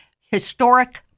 historic